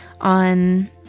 on